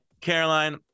caroline